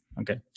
Okay